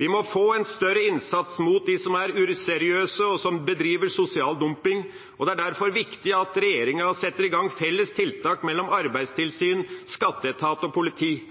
Vi må få en større innsats mot dem som er useriøse, og som bedriver sosial dumping. Det er derfor viktig at regjeringa setter i gang felles tiltak mellom arbeidstilsyn, skatteetat og politi.